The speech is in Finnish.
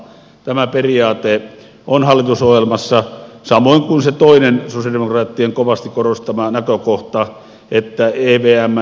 tämä periaate on hallitusohjelmassa samoin kuin toinen sosialidemokraattien kovasti korostama näkökohta siitä että evmn ynnä muuta